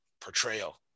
portrayal